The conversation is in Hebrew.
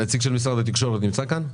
נציג משרד התקשורת נמצא כאן?